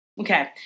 Okay